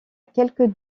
quelques